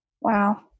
Wow